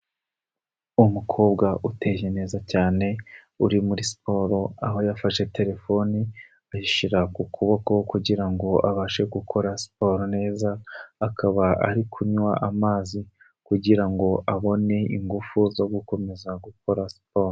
Umukobwa uteye neza cyane uri muri siporo aho yafashe telefoni, ayishyira ku kuboko kugira ngo abashe gukora siporo neza, akaba ari kunywa amazi kugira ngo abone ingufu zo gukomeza gukora siporo.